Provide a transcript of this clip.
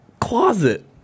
closet